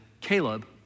Caleb